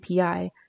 API